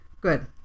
Good